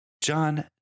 John